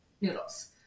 noodles